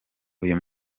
uyu